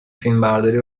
فیلمبرداری